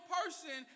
person